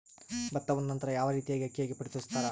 ಭತ್ತವನ್ನ ನಂತರ ಯಾವ ರೇತಿಯಾಗಿ ಅಕ್ಕಿಯಾಗಿ ಪರಿವರ್ತಿಸುತ್ತಾರೆ?